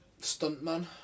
Stuntman